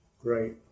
Great